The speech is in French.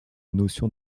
notion